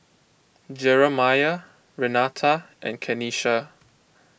Jeramiah Renata and Kenisha